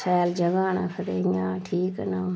शैल जगह न आखदे इ'यां ठीक न